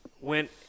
went